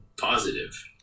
positive